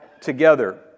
together